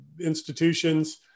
institutions